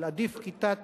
של: עדיף כיתת